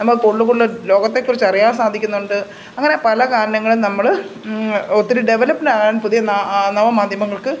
നമുക്ക് കൂടുതൽ കൂടുതൽ ലോകത്തേക്കുറിച്ച് അറിയാൻ സാധിക്കുന്നുണ്ട് അങ്ങനെ പല കാരണങ്ങളും നമ്മല ഒത്തിരി ഡെവലപ്പ്ഡ് ആകാൻ പുതിയ ന നവ മാധ്യമങ്ങൾക്ക്